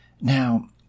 Now